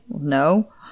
no